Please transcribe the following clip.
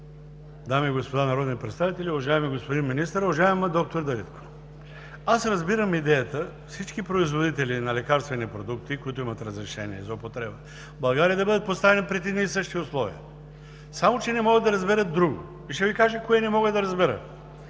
дами и господа народни представители, уважаеми господин Министър, уважаема доктор Дариткова! Аз разбирам идеята всички производители на лекарствени продукти, които имат разрешение за употреба, в България да бъдат поставени пред едни и същи условия. Само че не мога да разбера друго и ще Ви кажа кое не мога да разбера.